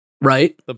right